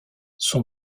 son